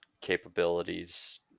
capabilities